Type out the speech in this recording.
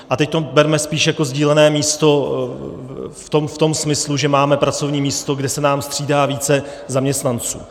A teď to berme spíš jako sdílené místo v tom smyslu, že máme pracovní místo, kde se nám střídá více zaměstnanců.